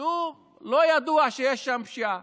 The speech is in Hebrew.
שלא ידוע שיש שם פשיעה